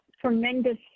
tremendous